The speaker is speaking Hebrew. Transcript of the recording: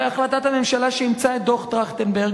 הרי החלטת הממשלה שאימצה את דוח-טרכטנברג